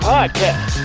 Podcast